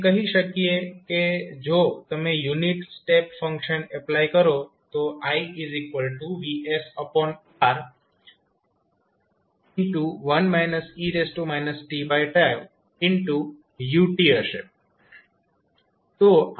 આપણે કહી શકીએ કે જો તમે યુનિટ સ્ટેપ ફંક્શન એપ્લાય કરો તો iVsR 1 e t u છે